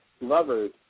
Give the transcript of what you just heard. lovers